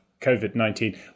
COVID-19